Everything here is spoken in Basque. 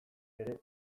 ere